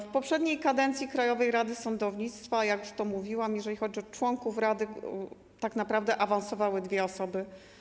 W poprzedniej kadencji Krajowej Rady Sądownictwa, jak już mówiłam, jeżeli chodzi o członków rady, tak naprawdę awansowały dwie osoby.